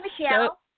Michelle